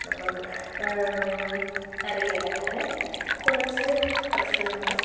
നമുക്ക് അറിയാമല്ലോ അങ്ങനെ കുറച്ചു പ്രശ്നങ്ങൾ